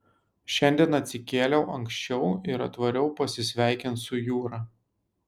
šiandien atsikėliau anksčiau ir atvariau pasisveikint su jūra